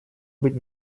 быть